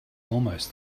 almost